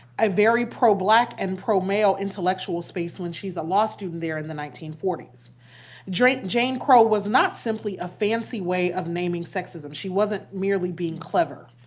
a very pro-black and pro-male intellectual space when she's a law student there in the nineteen forty s. jane jane crow was not simply a fancy way of naming sexism. she wasn't merely being clever.